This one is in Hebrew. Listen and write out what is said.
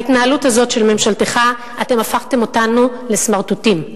בהתנהלות הזאת של ממשלתך אתם הפכתם אותנו לסמרטוטים.